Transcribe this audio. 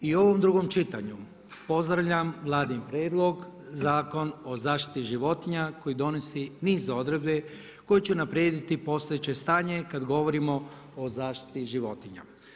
I u ovom drugom čitanju pozdravljam Vladin prijedlog Zakon o zaštiti životinja koji donosi niz odredbi koji će unaprijediti postojeće stanje kada govorimo o zaštiti životinja.